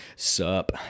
Sup